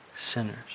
sinners